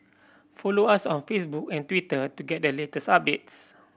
follow us on Facebook and Twitter to get the latest updates